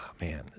Man